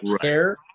care